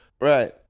Right